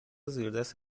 زیردست